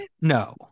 no